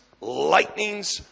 lightnings